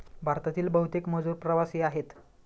भारतातील बहुतेक मजूर प्रवासी आहेत